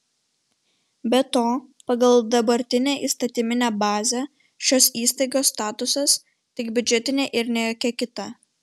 be to pagal dabartinę įstatyminę bazę šios įstaigos statusas tik biudžetinė ir ne jokia kita